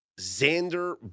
Xander